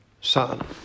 Son